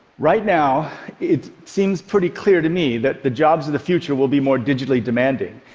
right now it seems pretty clear to me that the jobs of the future will be more digitally demanding,